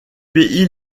pays